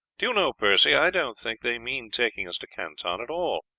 do you know, percy, i don't think they mean taking us to canton at all.